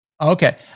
Okay